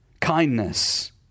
kindness